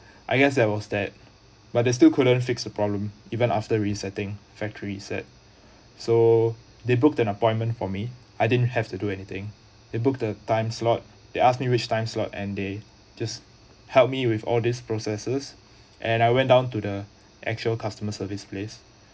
I guess there was that but they still couldn't fix the problem even after resetting factory reset so they booked an appointment for me I didn't have to do anything they booked the time slot they ask me which time slot and they just help me with all these processes and I went down to the actual customer service place